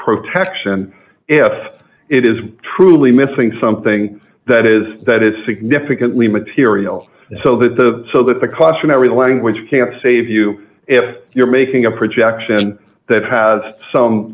protection if it is truly missing something that is that is significantly material so that the so that the classroom every language can't save you if you're making a projection that has some